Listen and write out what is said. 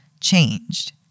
changed